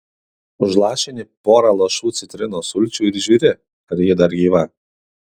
užlašini porą lašų citrinos sulčių ir žiūri ar ji dar gyva